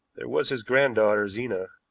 there was his granddaughter, zena.